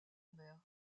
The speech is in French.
mère